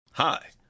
Hi